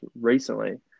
recently